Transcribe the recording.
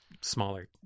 smaller